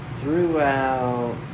throughout